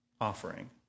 offering